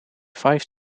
five